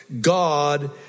god